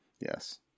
Yes